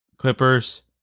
Clippers